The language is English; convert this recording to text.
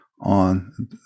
on